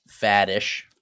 faddish